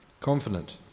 confident